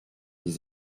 des